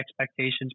expectations